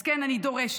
אז כן, אני דורשת,